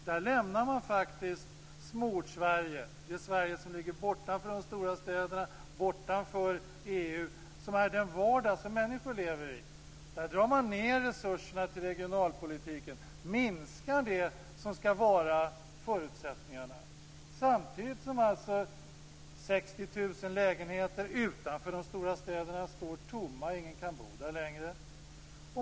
Där lämnar man Småortssverige, det Sverige som ligger bortanför de stora städerna och bortanför EU, som är den vardag som människor lever i. Där drar man ned resurserna till regionalpolitiken och minskar det som skall vara förutsättningarna. Samtidigt står 60 000 lägenheter utanför de stora städerna tomma - ingen kan bo där längre.